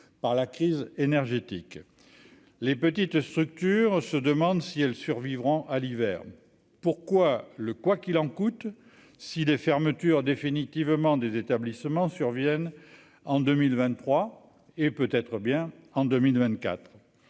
par la crise énergétique, les petites structures, se demandent si elles survivront à l'hiver, pourquoi le quoi qu'il en coûte si les fermetures définitivement des établissements surviennent en 2023 et peut être bien en 2024